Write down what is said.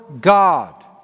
God